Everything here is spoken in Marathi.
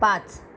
पाच